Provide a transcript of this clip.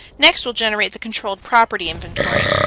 next we'll generate the controlled property inventory.